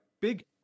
big